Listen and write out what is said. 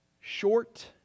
short